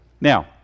Now